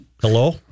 Hello